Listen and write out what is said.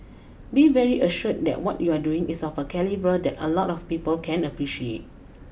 be very assured that what you're doing is of a calibre that a lot of people can appreciate